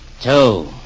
two